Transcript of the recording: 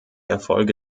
erfolge